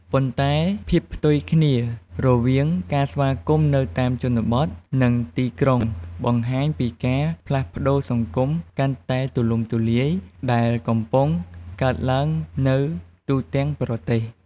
ប៉ុន្តែភាពផ្ទុយគ្នារវាងការស្វាគមន៍នៅតាមជនបទ និងទីក្រុងបង្ហាញពីការផ្លាស់ប្តូរសង្គមកាន់តែទូលំទូលាយដែលកំពុងកើតឡើងនៅទូទាំងប្រទេស។